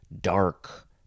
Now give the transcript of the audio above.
dark